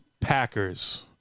Packers